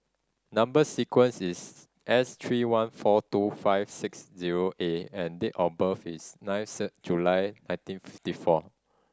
number sequence is S three one four two five six zero A and date of birth is ninth July nineteen fifty four